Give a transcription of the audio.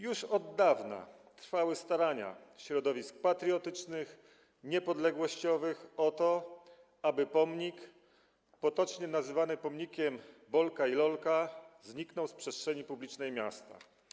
Już od dawna trwały starania środowisk patriotycznych, niepodległościowych o to, aby pomnik, potocznie nazywany pomnikiem Bolka i Lolka, zniknął z przestrzeni publicznej miasta.